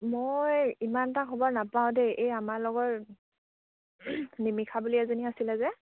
মই ইমান এটা খবৰ নাপাওঁ দেই এই আমাৰ লগৰ নিমিষা বুলি এজনী আছিলে যে